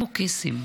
כמו קסם,